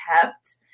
kept